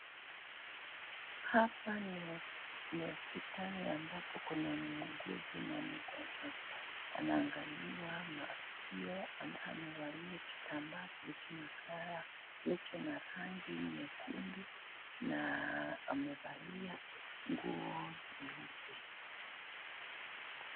Hapa ni hospitali ambapo kuna mhuguzi na mgonjwa, anaangaliwa masikio. Amevalia kitambaa kilicho na rangi nyekundu na amevalia nguo nyeupe.